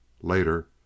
Later